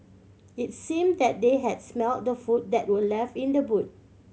it's seem that they had smelt the food that were left in the boot